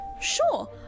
Sure